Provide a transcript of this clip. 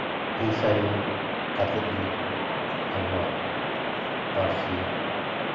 ᱦᱮᱸ ᱥᱟᱹᱨᱤ ᱠᱟᱛᱮᱫ ᱜᱮ ᱟᱵᱚᱣᱟᱜ ᱯᱟᱹᱨᱥᱤ